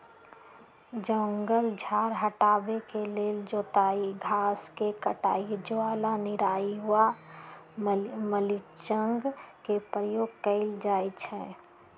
जङगल झार हटाबे के लेल जोताई, घास के कटाई, ज्वाला निराई आऽ मल्चिंग के प्रयोग कएल जाइ छइ